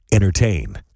Entertain